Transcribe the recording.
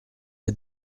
est